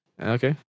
Okay